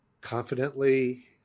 confidently